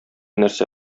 нәрсә